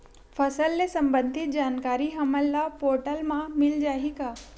फसल ले सम्बंधित जानकारी हमन ल ई पोर्टल म मिल जाही का?